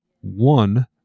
one